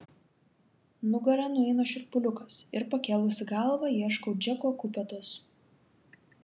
nugara nueina šiurpuliukas ir pakėlusi galvą ieškau džeko kupetos